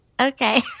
Okay